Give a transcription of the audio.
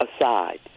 aside